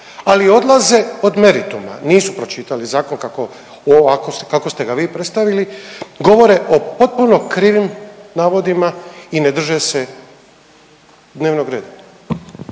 ali odlaze od merituma, nisu pročitali zakon kako, ovako kako ste ga vi predstavili, govore o potpuno krivim navodima i ne drže se dnevnog reda.